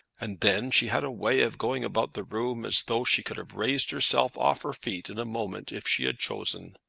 and then she had a way of going about the room as though she could have raised herself off her feet in a moment if she had chosen.